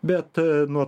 bet nu